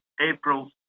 April